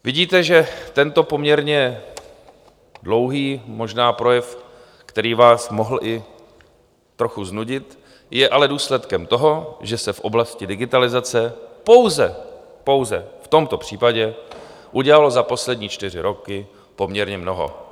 Vidíte, že tento poměrně možná dlouhý projev, který vás mohl i trochu znudit, je ale důsledkem toho, že se v oblasti digitalizace pouze, pouze v tomto případě, udělalo za poslední čtyři roky poměrně mnoho.